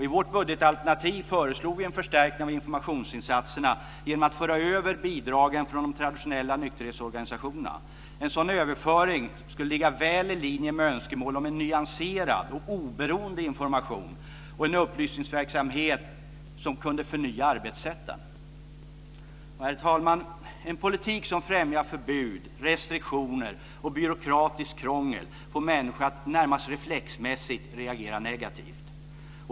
I vårt budgetalternativ föreslog vi en förstärkning av informationsinsatserna genom att föra över bidraget från de traditionella nykterhetsorganisationerna. En sådan överföring skulle ligga väl i linje med önskemål om en nyanserad och oberoende information och en upplysningsverksamhet som kunde förnya arbetssätten. Herr talman! En politik som främjar förbud, restriktioner och byråkratiskt krångel får människor att närmast reflexmässigt reagera negativt.